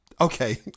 okay